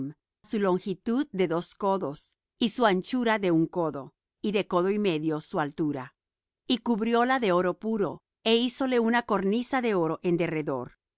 su longitud de dos codos y su anchura de un codo y de codo y medio su altura y cubrióla de oro puro é hízole una cornisa de oro en derredor